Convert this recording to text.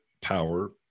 power